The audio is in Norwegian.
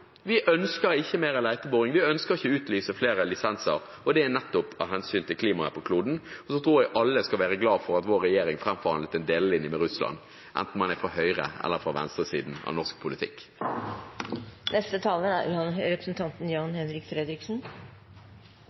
mer leteboring, vi ønsker ikke å utlyse flere lisenser. Det er nettopp av hensyn til klimaet på kloden. Så tror jeg alle skal være glad for at vår regjering framforhandlet en delelinje med Russland, enten man er fra høyresiden eller fra venstresiden i norsk politikk. Det er